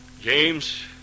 James